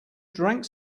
drank